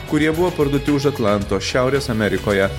kurie buvo parduoti už atlanto šiaurės amerikoje